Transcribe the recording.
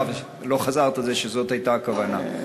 לא חזרת על זה שזאת הייתה הכוונה.